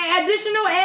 additional